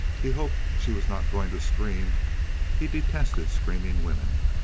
he hoped she was not going to scream he detested screaming women.